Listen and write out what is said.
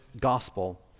gospel